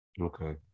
Okay